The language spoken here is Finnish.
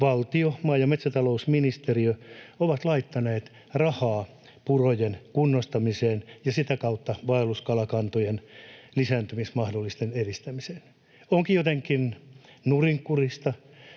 valtio ja maa- ja metsätalousministeriö ovat laittaneet rahaa purojen kunnostamiseen ja sitä kautta vaelluskalakantojen lisääntymismahdollisuuksien edistämiseen. Onkin jotenkin nurinkurista,